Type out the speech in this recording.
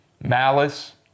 Malice